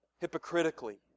hypocritically